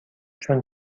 چون